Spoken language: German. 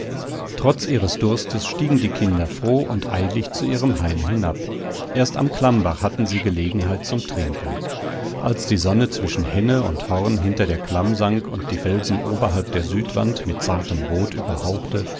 trotz ihres durstes stiegen die kinder froh und eilig zu ihrem heim hinab erst am klammbach hatten sie gelegenheit zum trinken als die sonne zwischen henne und horn hinter der klamm sank und die felsen oberhalb der südwand mit zartem rot überhauchte